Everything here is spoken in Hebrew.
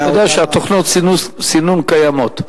אתה יודע שתוכנות סינון קיימות.